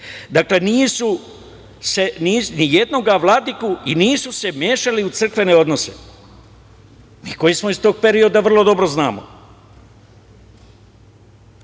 Dakle, ni jednoga vladiku i nisu se mešali u crkvene odnose. Mi koji smo iz tog perioda vrlo dobro znamo.